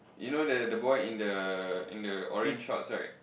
you know the the boy in the in the orange shorts right